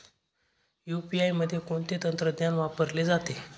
UPI मध्ये कोणते तंत्रज्ञान वापरले जाते?